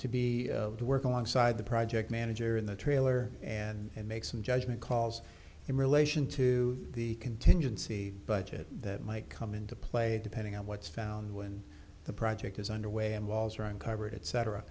to be to work alongside the project manager in the trailer and make some judgment calls in relation to the contingency budget that might come into play depending on what's found when the project is underway and walls are uncovered it cetera